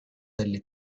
delle